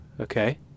Okay